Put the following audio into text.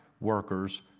workers